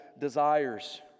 desires